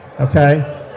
okay